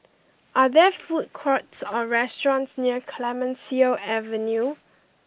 are there food courts or restaurants near Clemenceau Avenue